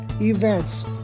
events